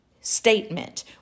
statement